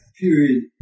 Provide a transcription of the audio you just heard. period